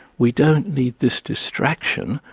we don't need this distraction,